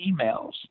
emails